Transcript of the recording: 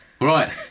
Right